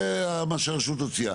זה מה שהרשות הוציאה.